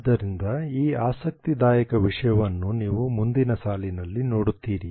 ಆದ್ದರಿಂದ ಈ ಆಸಕ್ತಿದಾಯಕ ವಿಷಯವನ್ನು ನೀವು ಮುಂದಿನ ಸಾಲಿನಲ್ಲಿ ನೋಡುತ್ತೀರಿ